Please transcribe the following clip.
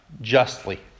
justly